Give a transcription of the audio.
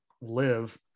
live